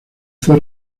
fue